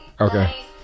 Okay